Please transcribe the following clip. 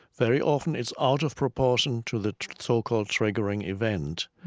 very often it's out of proportion to the so-called triggering event.